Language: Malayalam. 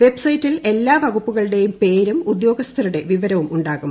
വെബ്സൈറ്റിൽ എല്ലാ വകുപ്പുകളുടെയും പേരും ഉദ്യോഗസ്ഥരുടെ വിവരവും ഉണ്ടാകും